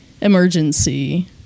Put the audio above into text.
emergency